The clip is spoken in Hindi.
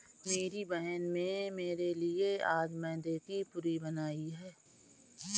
मेरी बहन में मेरे लिए आज मैदे की पूरी बनाई है